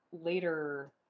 later